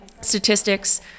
statistics